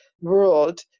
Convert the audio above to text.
world